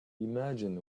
imagine